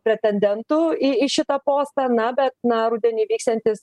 pretendentų į į šitą postą na bet na rudenį vyksiantys